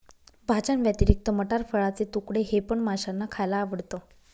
भाज्यांव्यतिरिक्त मटार, फळाचे तुकडे हे पण माशांना खायला आवडतं